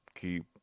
keep